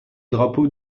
drapeau